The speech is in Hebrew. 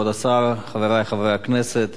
כבוד השר, חברי חברי הכנסת,